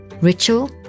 ritual